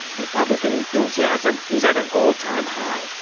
republican enthusiasm is at an all-time high.